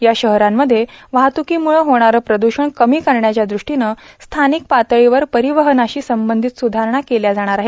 या शहरांमध्ये वाहत्कांमुळ होणारे प्रदूषण कमी करण्याच्या दृष्टीन स्थाानक पातळीवर पारवहनाशी संबंधत सुधारणा केल्या जाणार आहेत